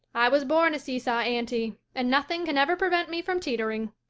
i was born a see-saw aunty, and nothing can ever prevent me from teetering.